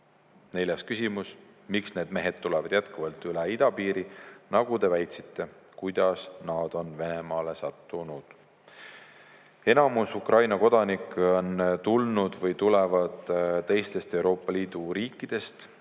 Neljas küsimus: "Miks need mehed tulevad jätkuvalt üle idapiiri, nagu Te väitsite? Kuidas nad on Venemaale sattunud?" Enamus Ukraina kodanikke on tulnud või tulevad teistest Euroopa Liidu riikidest,